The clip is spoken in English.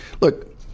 look